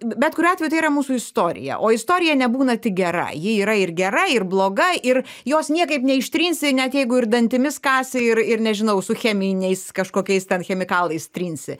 bet kuriuo atveju tai yra mūsų istorija o istorija nebūna tik gera ji yra ir gera ir bloga ir jos niekaip neištrinsi net jeigu ir dantimis kąsi ir ir nežinau su cheminiais kažkokiais ten chemikalais trinsi